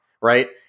right